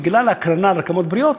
בגלל הקרנה על רקמות בריאות,